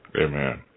Amen